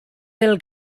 del